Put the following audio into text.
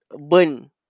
burn